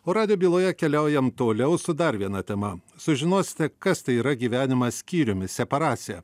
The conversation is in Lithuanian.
o radijo byloje keliaujam toliau su dar viena tema sužinosite kas tai yra gyvenimas skyriumi separacija